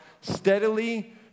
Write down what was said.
steadily